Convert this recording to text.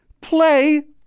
play